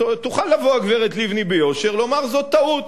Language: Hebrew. תוכל לבוא הגברת לבני ביושר, לומר: זו טעות.